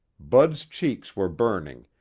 bud's cheeks were burning,